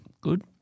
Good